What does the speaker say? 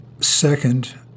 Second